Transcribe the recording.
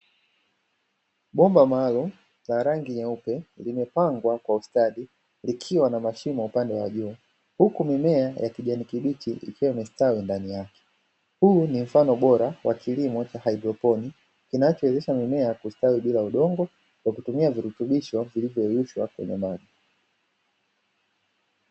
Bomba maalumu la rangi nyeupe limepangwa kwa ustadi likiwa na mashimo upande wa juu, huku mimea ya kijani kibichi ikiwa imestawi ndani yake. Huu ni mfano bora wa kilimo cha haidroponi kinachowezesha mimea kustawi bila udongo kwa kutumia virutubisho vilivyoyeyushwa kwenye maji.